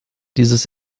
dieses